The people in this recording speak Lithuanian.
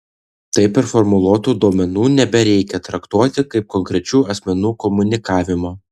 taip performuluotų duomenų nebereikia traktuoti kaip konkrečių asmenų komunikavimo